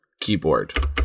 keyboard